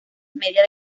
media